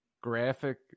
graphic